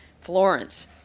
Florence